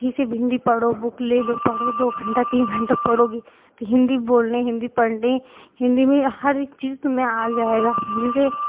की सब हिंदी पढ़ो बुक ले लो पढ़ो दो घंटा तीन घंटा पढ़ोगी तो हिंदी बोलने हिंदी पढ़ने हिंदी में हरेक चीज तुम्हें आ जाएगा जैसे